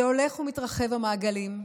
זה הולך ומתרחב, המעגלים.